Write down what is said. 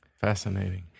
Fascinating